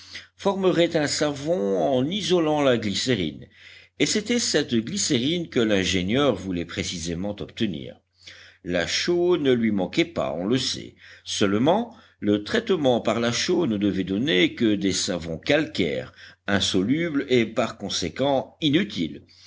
formerait un savon en isolant la glycérine et c'était cette glycérine que l'ingénieur voulait précisément obtenir la chaux ne lui manquait pas on le sait seulement le traitement par la chaux ne devait donner que des savons calcaires insolubles et par conséquent inutiles